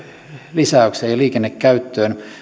lisäykseen ja liikennekäyttöön